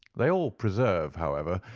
they all preserve, however,